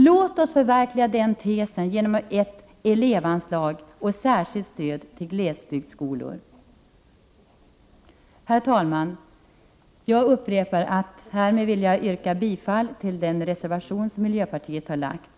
Låt oss förverkliga denna tes genom ett elevanslag och särskilt stöd till glesbygdsskolor. Herr talman! Jag upprepar mitt yrkande om bifall till den reservation som miljöpartiet har lämnat.